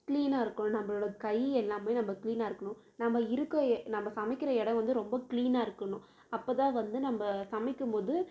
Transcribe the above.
க்ளீனாக இருக்கணும் நம்பளோட கை எல்லாம் நம்ம க்ளீனாக இருக்கணும் நம்ம இருக்க நம்ம சமைக்கிற எடம் வந்து ரொம்ப க்ளீனாக இருக்கணும் அப்போதான் வந்து நம்ம சமைக்கும் போது